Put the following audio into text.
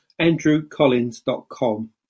andrewcollins.com